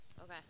okay